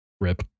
Rip